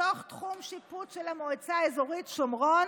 בתוך תחום שיפוט של המועצה האזורית שומרון,